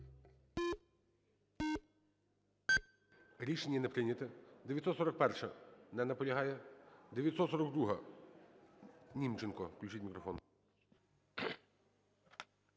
Рішення не прийнято. 941-а. Не наполягає. 942-а, Німченко. Включіть мікрофон.